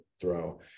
throw